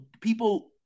people